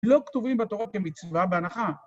לא כתובים בתור כמצווה בהנחה.